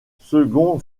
second